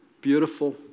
beautiful